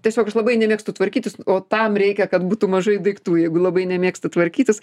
tiesiog aš labai nemėgstu tvarkytis o tam reikia kad būtų mažai daiktų jeigu labai nemėgsti tvarkytis